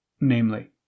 namely